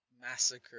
massacre